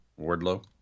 Wardlow